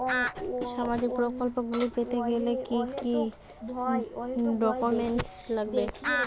সামাজিক প্রকল্পগুলি পেতে গেলে কি কি ডকুমেন্টস লাগবে?